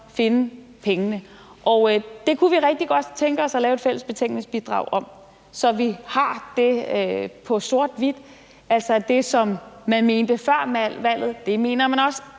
finde pengene. Og det kunne vi rigtig godt tænke os at lave et fælles betænkningsbidrag om, så vi har sort på hvidt, altså at det, som man mente før valget, mener man også